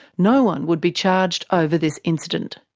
no one would be charged over this incident.